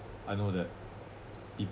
I know that people